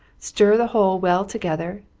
stir the whole well together,